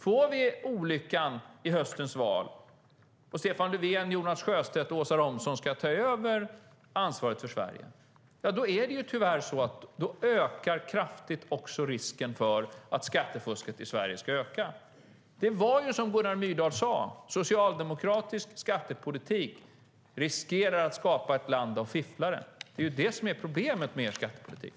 Om vi i höstens val får olyckan att Stefan Löfven, Jonas Sjöstedt och Åsa Romson ska ta över ansvaret för Sverige kommer tyvärr också risken att skattefusket i Sverige ska öka. Det var som Gunnar Myrdal sade: Socialdemokratisk skattepolitik riskerar att skapa ett land av fifflare. Det är det som är problemet med er skattepolitik.